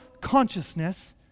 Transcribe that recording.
consciousness